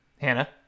hannah